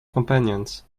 companions